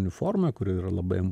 uniforma kuri yra labai